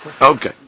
Okay